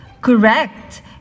Correct